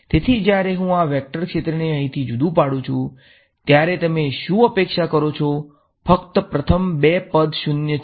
તેથી જ્યારે હું આ વેક્ટર ક્ષેત્રને અહીંથી જુદા પાડું છું ત્યારે તમે શું અપેક્ષા કરો છો ફક્ત પ્રથમ બે પદ 0 છે